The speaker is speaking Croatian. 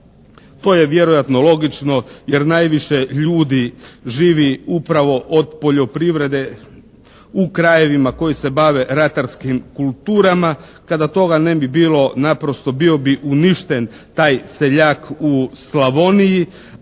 To je vjerojatno logično jer najviše ljudi živi upravo od poljoprivrede u krajevima koji se bave ratarskim kulturama. Kada toga ne bi bilo naprosto bio bi uništen taj seljak u Slavoniji.